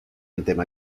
ante